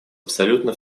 абсолютно